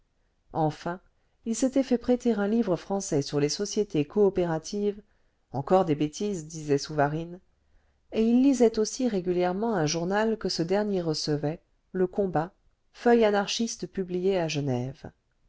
enfin il s'était fait prêter un livre français sur les sociétés coopératives encore des bêtises disait souvarine et il lisait aussi régulièrement un journal que ce dernier recevait le combat feuille anarchiste publiée à genève